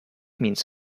means